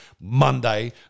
Monday